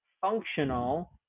functional